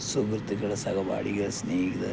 സുഹൃത്തുക്കൾ സഹപാഠികൾ സ്നേഹിതർ